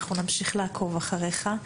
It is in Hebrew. אנחנו נמשיך לעקוב אחריך.